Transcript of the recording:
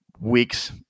weeks